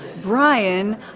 Brian